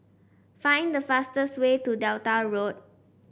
find the fastest way to Delta Road